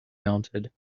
melted